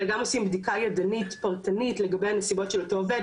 אלא גם עושים בדיקה ידנית פרטנית לגבי הנסיבות של אותו עובד,